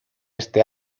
este